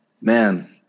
Man